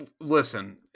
Listen